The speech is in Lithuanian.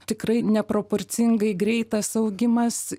tikrai neproporcingai greitas augimas